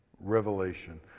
Revelation